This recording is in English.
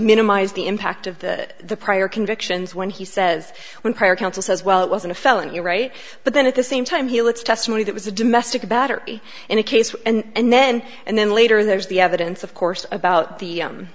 minimize the impact of the prior convictions when he says when prior counsel says well it wasn't a felony you're right but then at the same time he lets testimony that was a domestic battery in a case and then and then later there's the evidence of course about the